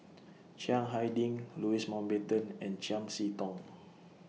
Chiang Hai Ding Louis Mountbatten and Chiam See Tong